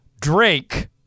Drake